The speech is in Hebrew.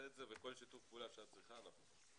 את זה וכל שיתוף פעולה שאת צריכה אנחנו פה.